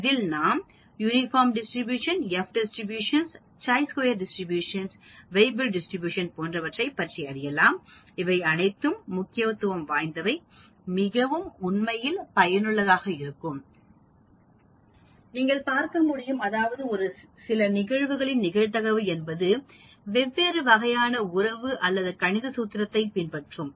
இதில் நாம் uniform distribution F distribution chi square distribution Weibull distribution போன்றவற்றை பற்றி அறியலாம் இவை அனைத்தும் முக்கியத்துவம் வாய்ந்தவை மிகவும்உண்மையில் பயனுள்ளதாக இருக்கும் நீங்கள் பார்க்க முடியும் அதாவது சில நிகழ்வின் நிகழ்தகவு என்பது வெவ்வேறு வகையான உறவு அல்லது கணித சூத்திரத்தைப் பின்பற்றும்